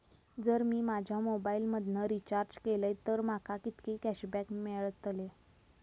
जर मी माझ्या मोबाईल मधन रिचार्ज केलय तर माका कितके कॅशबॅक मेळतले?